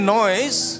noise